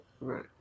Right